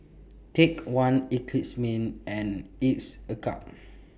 Take one Eclipse Mints and A Cup